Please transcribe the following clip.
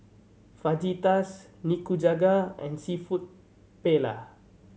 Fajitas Nikujaga and Seafood Paella